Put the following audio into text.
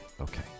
okay